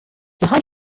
behind